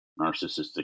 narcissistic